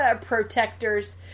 protectors